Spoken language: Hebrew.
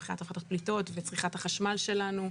מבחינת הפחתות פליטות וצריכת החשמל שלנו.